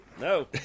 No